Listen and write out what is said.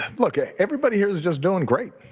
and look, ah everybody here is just doing great.